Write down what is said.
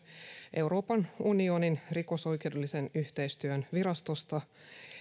euroopan unionin rikosoikeudellisen yhteistyön virastosta